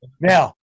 now